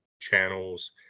channels